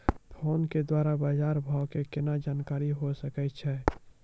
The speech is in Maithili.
फोन के द्वारा बाज़ार भाव के केना जानकारी होय सकै छौ?